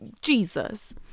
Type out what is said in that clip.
Jesus